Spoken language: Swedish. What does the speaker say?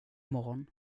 morgon